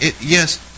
yes